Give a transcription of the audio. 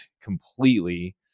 completely